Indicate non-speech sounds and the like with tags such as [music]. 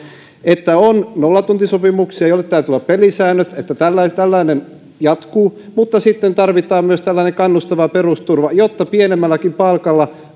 että on nollatuntisopimuksia joille täytyy olla pelisäännöt kun tällainen jatkuu mutta sitten tarvitaan myös kannustava perusturva jotta pienemmälläkin palkalla [unintelligible]